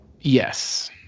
Yes